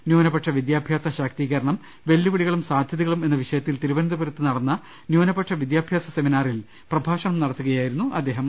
ന്യൂനപക്ഷ വിദ്യാഭ്യാസ ശാക്തീ കരണം വെല്ലുവിളികളും സാധ്യതകളും എന്ന വിഷയത്തിൽ തിരുവന ന്തപുരത്ത് നടന്ന ന്യൂനപക്ഷ വിദ്യാഭ്യാസ സെമിനാറിൽ പ്രഭാഷണം നടത്തുകയായിരുന്നു അദ്ദേഹം